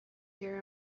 hear